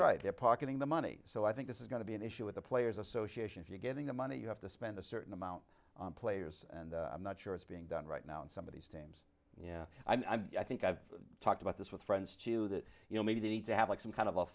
right there pocketing the money so i think this is going to be an issue with the players association if you're giving the money you have to spend a certain amount players and i'm not sure it's being done right now in some of these yeah i mean i think i've talked about this with friends too that you know maybe they need to have like some kind of